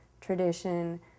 tradition